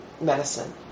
medicine